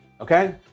okay